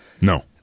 No